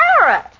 carrot